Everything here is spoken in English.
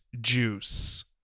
juice